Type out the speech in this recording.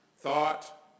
thought